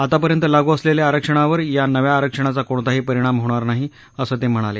आतापर्यंत लागू असलेल्या आरक्षणावर या नव्या आरक्षणाचा कोणताही परिणाम होणार नाही असं ते म्हणाले